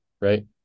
Right